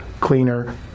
cleaner